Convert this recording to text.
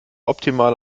optimal